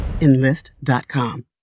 Enlist.com